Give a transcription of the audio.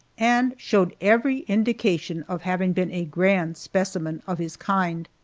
and showed every indication of having been a grand specimen of his kind.